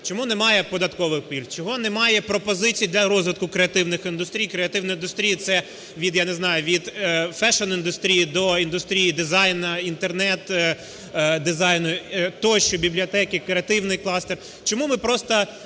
Чому немає податкових пільг? Чому немає пропозицій для розвитку креативних індустрій? Креативна індустрія – це від, я не знаю, від фешн-індустрії до індустрії дизайну, Інтернет-дизайну тощо, бібліотеки, креативний кластер. Чому ми просто